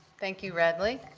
thank you, radley.